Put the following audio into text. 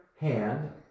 hand